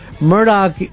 Murdoch